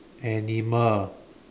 animal